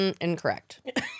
Incorrect